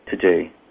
today